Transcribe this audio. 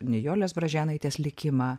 nijolės bražėnaitės likimą